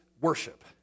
worship